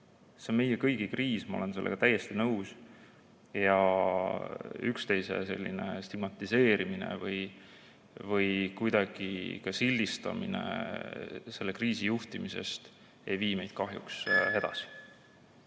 See on meie kõigi kriis, ma olen sellega täiesti nõus. Üksteise selline stigmatiseerimine või kuidagi sildistamine selle kriisi juhtimisel ei vii meid kahjuks edasi.